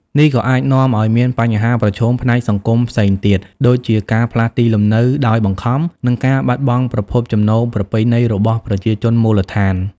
នេះក៏អាចនាំឲ្យមានបញ្ហាប្រឈមផ្នែកសង្គមផ្សេងទៀត ដូចជាការផ្លាស់ទីលំនៅដោយបង្ខំ និងការបាត់បង់ប្រភពចំណូលប្រពៃណីរបស់ប្រជាជនមូលដ្ឋាន។